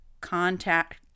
Contact